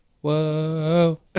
Whoa